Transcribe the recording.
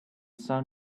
sun